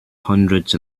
hundreds